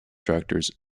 contractors